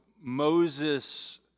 Moses